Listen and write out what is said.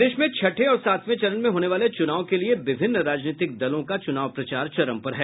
प्रदेश में छठे और सातवें चरण में होने वाले चुनाव के लिए विभिन्न राजनीतिक दलों का चूनाव प्रचार चरम पर है